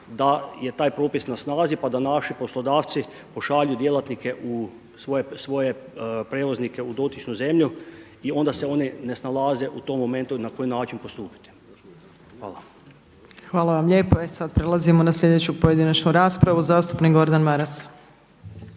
da je taj propis na snazi pa da naši poslodavci pošalju djelatnike u svoje prijevoznike u dotičnu zemlju i onda se oni ne snalaze u tom momentu na koji način postupiti. Hvala. **Opačić, Milanka (SDP)** Hvala vam lijepo. E sada prelazimo na sljedeću pojedinačnu raspravu. Zastupnik Gordan Maras.